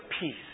peace